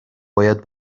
باید